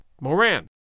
Moran